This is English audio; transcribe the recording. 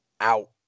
Out